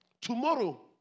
Tomorrow